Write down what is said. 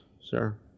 sir